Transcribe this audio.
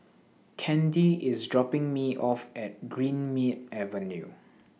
Candi IS dropping Me off At Greenmead Avenue